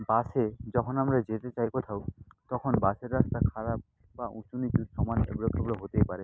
বাসে যখন আমরা যেতে চাই কোথাও তখন বাসের রাস্তা খারাপ বা উঁচু নিচু সমান এবড়ো খেবড়ো হতেই পারে